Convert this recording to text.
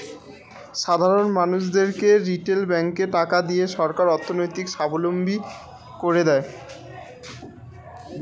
সাধারন মানুষদেরকে রিটেল ব্যাঙ্কে টাকা দিয়ে সরকার অর্থনৈতিক সাবলম্বী করে দেয়